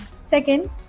Second